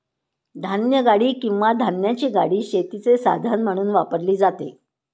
धान्यगाडी किंवा धान्याची गाडी शेतीचे साधन म्हणून वापरली जाते